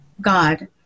God